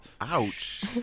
Ouch